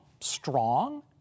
strong